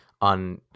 on